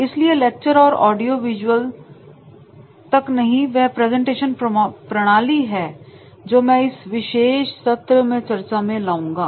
इसलिए लेक्चर और audio visual तक नहीं वह प्रेजेंटेशन प्रणाली है जो मैं इस विशेष सत्र में चर्चा में लाऊंगा